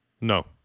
No